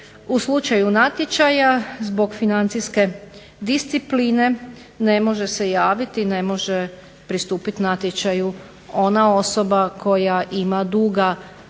U slučaju natječaja zbog financijske discipline ne može se javiti, ne može pristupiti natječaju ona osoba koja ima duga prema